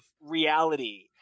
reality